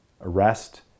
arrest